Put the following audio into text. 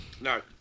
No